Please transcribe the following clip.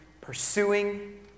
pursuing